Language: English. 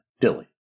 Dilly